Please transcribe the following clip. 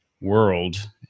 world